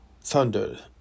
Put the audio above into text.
thundered